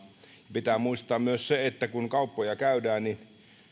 pitää muistaa myös se että kun kauppaa käydään niin